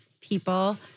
people